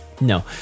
No